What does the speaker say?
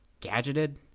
gadgeted